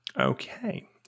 Okay